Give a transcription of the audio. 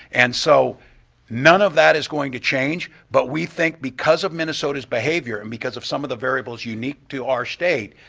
and so none of that is going to change. but we think because of minnesota's behavior and because of some of the variables unique to our state,